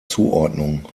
zuordnung